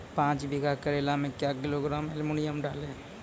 पाँच बीघा करेला मे क्या किलोग्राम एलमुनियम डालें?